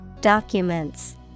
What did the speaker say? Documents